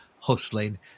hustling